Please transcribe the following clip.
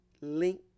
link